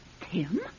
Tim